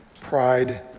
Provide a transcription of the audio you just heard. pride